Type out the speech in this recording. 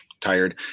Tired